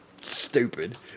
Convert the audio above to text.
stupid